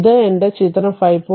അതിനാൽ ഇത് എന്റെ ചിത്രം 5